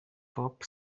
pop